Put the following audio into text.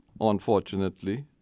unfortunately